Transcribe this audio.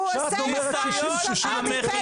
הוא עושה לך הנשמה מפה לפה.